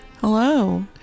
Hello